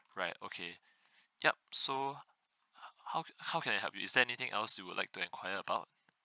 right okay yup so ho~ how how can I help you is there anything else you would like to enquire about